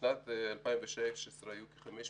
בשנת 2017 היו כ-500